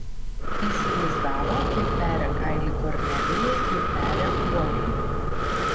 įsivaizdavo kaip peria kailį kornelijai ir peria uoliai